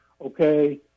Okay